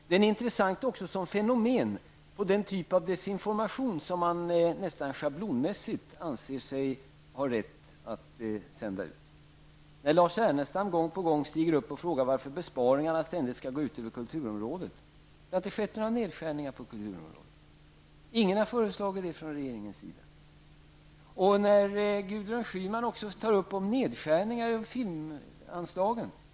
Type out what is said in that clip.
Den är intressant också som fenomen på den typ av desinformation som man nästan schablonmässigt anser sig ha rätt att sprida, t.ex. när Lars Ernestam gång på gång går upp och frågar varför besparingarna skall gå ut över kulturområdet. Det har inte skett några neskärningar på kulturområdet. Regeringen har inte föreslagit några sådana besparingar. På samma sätt talar Gudrun Schyman om nedskärningar av filmanslagen.